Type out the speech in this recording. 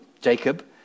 Jacob